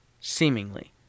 Seemingly